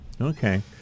Okay